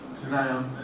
tonight